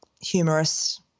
humorous